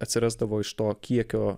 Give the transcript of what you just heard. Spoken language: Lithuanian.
atsirasdavo iš to kiekio